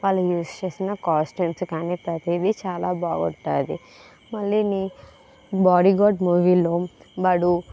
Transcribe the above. వాళ్ళు యూస్ చేసిన కాస్ట్యూమ్స్ కానీ ప్రతిదీ చాలా బాగుంటుంది మళ్ళి ని బాడీగార్డ్ మూవీ లో వాడు